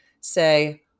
say